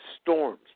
storms